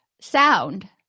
Sound